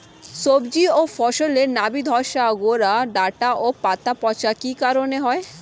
সবজি ও ফসলে নাবি ধসা গোরা ডাঁটা ও পাতা পচা কি কারণে হয়?